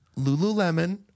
Lululemon